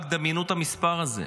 רק תדמיינו את המספר הזה.